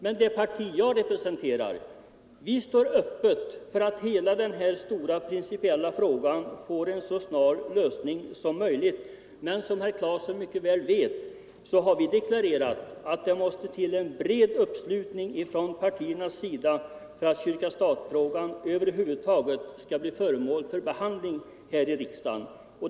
Men i det parti som jag representerar står — mo Vi öppna för att hela den stora principiella frågan skall lösas så snart Lagstadgad rätt för som möjligt. Herr Claeson vet ju också att vi har deklarerat att det måste församling att till en bred uppslutning från partiernas sida för att kyrka-stat-frågan över ombesörja begravhuvud taget skall bli föremål för behandling här i riksdagen.